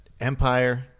Empire